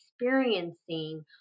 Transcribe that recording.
experiencing